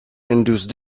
induce